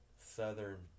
southern